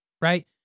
right